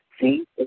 See